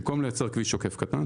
במקום לייצר כביש עוקף קטן,